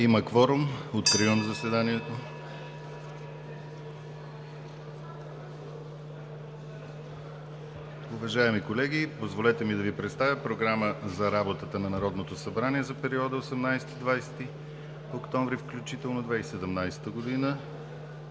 Има кворум, откривам заседанието. (Звъни.) Уважаеми колеги, позволете ми да Ви представя Програма за работата на Народното събрание за периода 18 – 20 октомври 2017 г.,